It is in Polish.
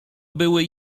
były